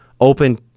open